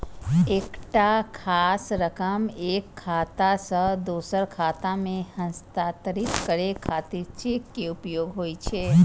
एकटा खास रकम एक खाता सं दोसर खाता मे हस्तांतरित करै खातिर चेक के उपयोग होइ छै